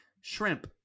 Shrimp